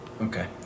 Okay